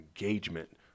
engagement